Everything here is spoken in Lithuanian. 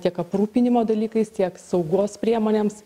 tiek aprūpinimo dalykais tiek saugos priemonėms